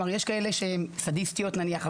יש כאלה שהן סדיסטיות נניח,